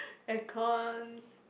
aircon